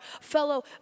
fellow